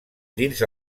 dins